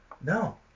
No